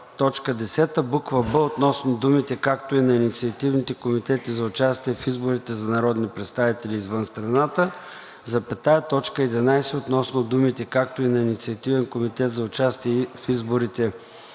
буква „б“ относно думите „както и на инициативните комитети за участие в изборите за народни представители извън страната“, т. 11 относно думите „както и на инициативен комитет за участие в изборите